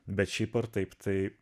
bet šiaip ar taip tai